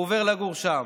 הוא עובר לגור שם.